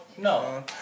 No